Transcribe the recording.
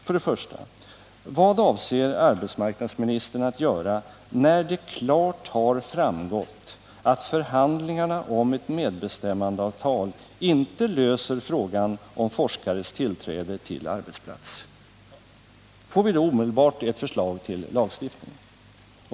För det första: Vad avser arbetsmarknadsministern att göra när det klart har framgått att förhandlingarna om ett medbestämmandeavtal inte löser frågan om forskares tillträde till arbetsplatsen? Får vi då omedelbart ett förslag till lagstiftning?